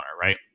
right